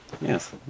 Yes